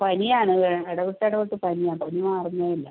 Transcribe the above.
പനിയാണ് ഇടവിട്ടിടവിട്ട് പനിയാണ് പനി മാറുന്നേ ഇല്ല